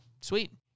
Sweet